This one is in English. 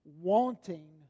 wanting